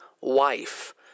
wife